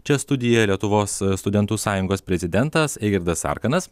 čia studijoje lietuvos studentų sąjungos prezidentas eigardas sarkanas